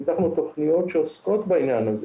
פיתחנו תוכניות שעוסקות בעניין הזה